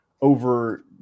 over